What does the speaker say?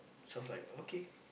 sounds like okay